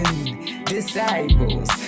disciples